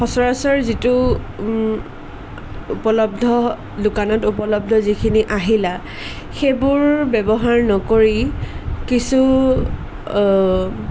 সচৰাচৰ যিটো উপলব্ধ দোকানত উপলব্ধ যিখিনি আহিলা সেইবোৰ ব্যৱহাৰ নকৰি কিছু